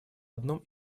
одном